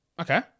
okay